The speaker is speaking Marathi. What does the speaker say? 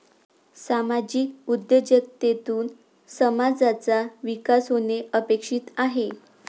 सामाजिक उद्योजकतेतून समाजाचा विकास होणे अपेक्षित आहे